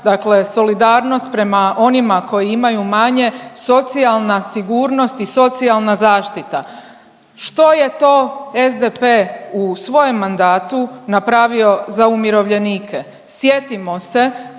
dakle solidarnost prema onima koji imaju manje socijalna sigurnost i socijalna zaštita. Što je to SDP u svojem mandatu napravio za umirovljenike? Sjetimo se